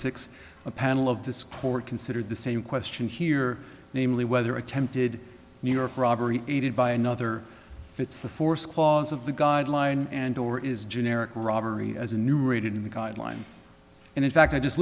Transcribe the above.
six a panel of this court consider the same question here namely whether attempted new york robbery aided by another fits the force clause of the guideline and or is generic robbery as a numerated in the guideline and in fact i just